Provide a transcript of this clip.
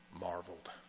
marveled